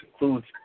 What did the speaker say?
includes